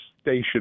station